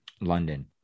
London